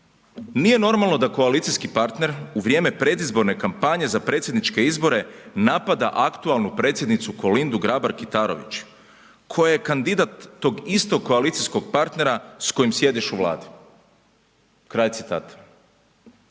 „Nije normalno da koalicijski partner u vrijeme predizborne kampanje za predsjedniče izbore napada aktualnu Predsjednicu Kolindu Grabar Kitarović koja je kandidat tog istog koalicijskog partnera s kojim sjediš u Vladi.“ Kolinda